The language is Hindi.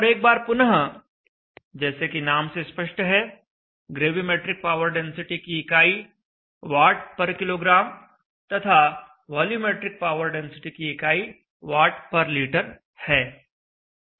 और एक बार पुनः जैसे कि नाम से स्पष्ट है ग्रेविमेट्रिक पावर डेंसिटी की इकाई Wkg तथा वॉल्यूमैट्रिक पावर डेंसिटी की इकाई Wliter है